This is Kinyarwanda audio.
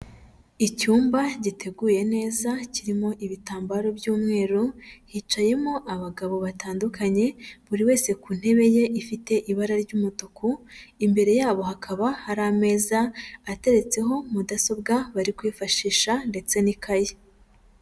Icyumba giteguye neza, kirimo ibitambaro by'umweru, hicayemo abagabo batandukanye, buri wese ku ntebe ye ifite ibara ry'umutuku, imbere yabo hakaba hari ameza ateretseho mudasobwa bari kwifashisha ndetse n'ikayi.